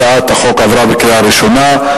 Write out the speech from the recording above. הצעת החוק עברה בקריאה ראשונה,